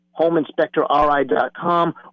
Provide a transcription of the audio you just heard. HomeInspectorRI.com